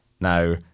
Now